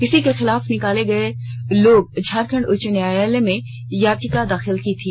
इसी के खिलाफ निकाले गए लोग झारखंड उच्च न्यायालय में याचिका दाखिल की थी